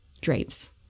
drapes